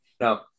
no